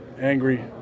angry